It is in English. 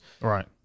Right